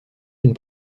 une